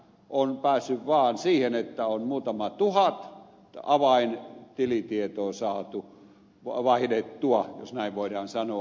on päässyt vaan siihen että on muutama tuhat avaintilitietoa saatu vaihdettua jos näin voidaan sanoa